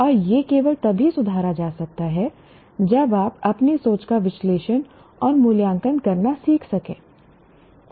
और यह केवल तभी सुधारा जा सकता है जब आप अपनी सोच का विश्लेषण और मूल्यांकन करना सीख सकें